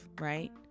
right